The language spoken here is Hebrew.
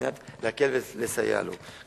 על מנת להקל ולסייע לו,